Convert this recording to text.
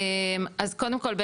אז קודם כל,